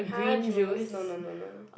!huh! juice no no no no no